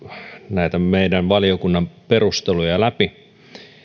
näitä meidän valiokunnan perusteluja läpi